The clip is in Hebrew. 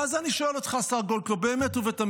ועל זה אני שואל אותך, השר גולדקנופ, באמת ובתמים: